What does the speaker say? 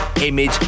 image